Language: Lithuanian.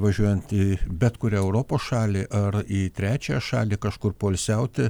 važiuojant į bet kurią europos šalį ar į trečiąją šalį kažkur poilsiauti